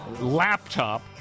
laptop